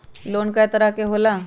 Loan कय तरह के होला?